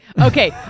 okay